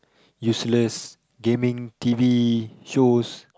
useless gaming t_v shows